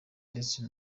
ndetse